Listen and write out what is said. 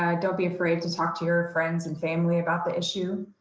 ah don't be afraid to talk to your friends and family about the issue,